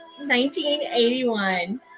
1981